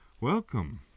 Welcome